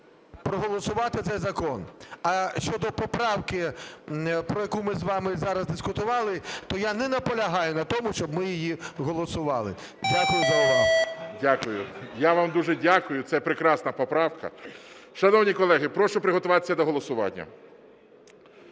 проголосувати цей закон. А щодо поправки, про яку ми з вами зараз дискутували, то я не наполягаю на тому, щоб ми її голосували. Дякую за увагу. ГОЛОВУЮЧИЙ. Дякую. Я вам дуже дякую, це прекрасна поправка. Шановні колеги, прошу приготуватися до голосування.